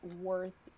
worth